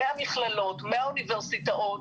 מהמכללות ומהאוניברסיטאות,